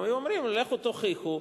היו אומרים: לכו תוכיחו,